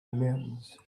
mountains